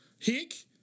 Hick